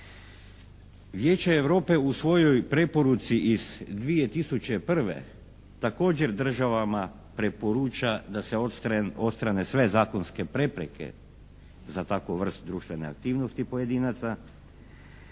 Vijeće Europe u svojoj preporuci iz 2001. također državama preporuča da se odstrane sve zakonske prepreke za takvu vrst društvene aktivnosti pojedinaca,